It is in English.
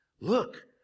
Look